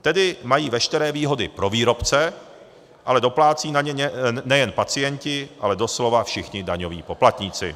Tedy mají veškeré výhody pro výrobce, ale doplácejí na ně nejen pacienti, ale doslova všichni daňoví poplatníci.